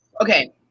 Okay